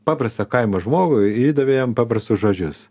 paprastą kaimo žmogų ir įdavė jam paprastus žodžius